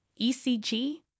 ECG